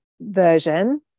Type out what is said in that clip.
version